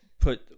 put